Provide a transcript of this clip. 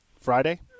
Friday